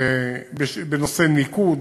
בנושא ניקוד,